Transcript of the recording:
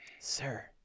sir